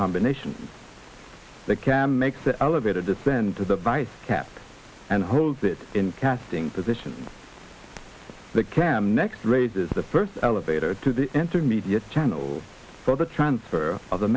combination that can make the elevator descend to the vice cap and holds it in casting positions that can next grade is the first elevator to the intermediate channel for the transfer of the